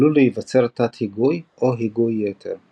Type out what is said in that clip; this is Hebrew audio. עלול להיווצר תת-היגוי או היגוי יתר .